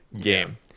game